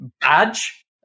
badge